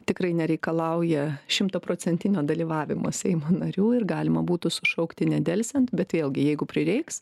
tikrai nereikalauja šimtaprocentinio dalyvavimo seimo narių ir galima būtų sušaukti nedelsiant bet vėlgi jeigu prireiks